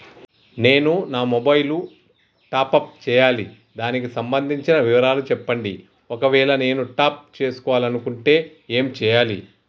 నేను నా mobile top up చేయాలి దానికి సంబంధించిన వివరాలు చెప్పండి ఒకవేళ నేను టాప్ చేసుకోవాలనుకుంటే ఏం చేయాలి?